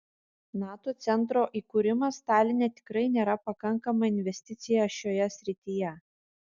nato centro įkūrimas taline tikrai nėra pakankama investicija šioje srityje